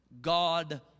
God